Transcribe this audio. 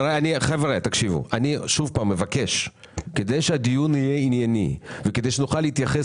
אני שוב מבקש שכדי שהדיון יהיה ענייני וכדי שנוכל להתייחס